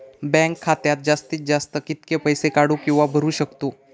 Bank खात्यात जास्तीत जास्त कितके पैसे काढू किव्हा भरू शकतो?